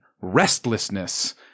restlessness